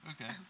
Okay